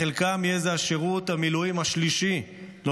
לחלקם יהיה זה שירות המילואים השלישי שאליו